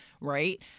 right